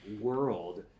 world